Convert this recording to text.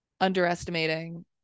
underestimating